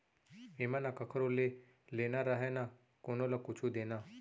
एमा न कखरो ले लेना रहय न कोनो ल कुछु देना